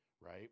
right